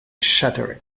shattered